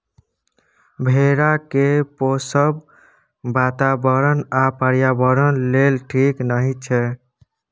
भेड़ा केँ पोसब बाताबरण आ पर्यावरण लेल ठीक नहि छै